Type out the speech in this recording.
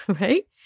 right